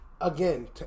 again